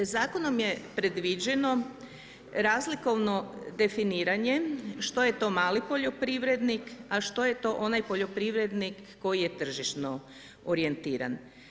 Zakonom je predviđeno razlikovno definiranje što je to mali poljoprivrednik, a što je to onaj poljoprivrednik koji je tržišno orijentiran.